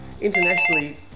internationally